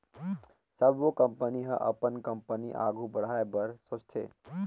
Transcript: सबो कंपनी ह अपन कंपनी आघु बढ़ाए बर सोचथे